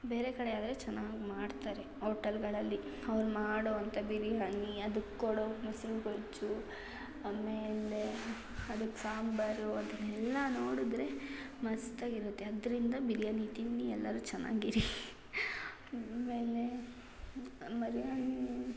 ಬೇರೆ ಕಡೆ ಆದರೆ ಚೆನ್ನಾಗಿ ಮಾಡ್ತಾರೆ ಓಟೆಲ್ಗಳಲ್ಲಿ ಅವ್ರು ಮಾಡುವಂಥ ಬಿರ್ಯಾನಿ ಅದಕ್ಕೆ ಕೊಡೊ ಮೊಸರು ಗೊಜ್ಜು ಆಮೇಲೆ ಅದಕ್ಕೆ ಸಾಂಬಾರು ಅದನ್ನೆಲ್ಲ ನೋಡಿದ್ರೆ ಮಸ್ತಾಗಿರುತ್ತೆ ಆದ್ರಿಂದ ಬಿರ್ಯಾನಿ ತಿನ್ನಿ ಎಲ್ಲರೂ ಚೆನ್ನಗಿರಿ ಆಮೇಲೆ ಮರಿಯಾನಿ